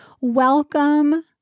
Welcome